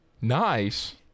Nice